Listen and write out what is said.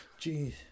Jeez